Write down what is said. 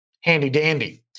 handy-dandy